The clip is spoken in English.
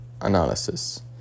Analysis